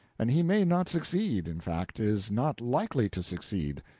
and he may not succeed in fact, is not likely to succeed.